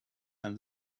and